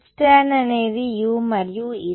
H tan అనేది u మరియు E z